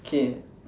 okay